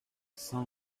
cent